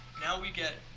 now we get